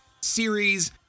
series